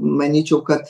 manyčiau kad